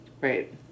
right